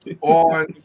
on